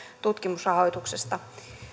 tutkimusrahoituksesta